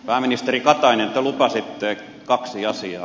pääministeri katainen te lupasitte kaksi asiaa